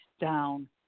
down